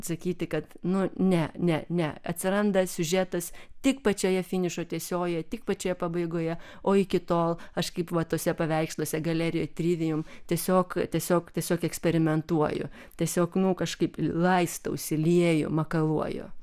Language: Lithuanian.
sakyti kad nu ne ne ne atsiranda siužetas tik pačioje finišo tiesiojoje tik pačioje pabaigoje o iki tol aš kaip va tuose paveiksluose galerijoj trivium tiesiog tiesiog tiesiog eksperimentuoju tiesiog nu kažkaip laistau išsilieju makaluoju